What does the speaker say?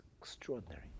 extraordinary